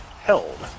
held